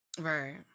Right